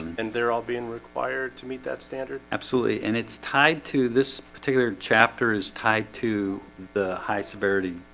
and they're all being required to meet that standard absolutely and it's tied to this particular chapter is tied to the high severity.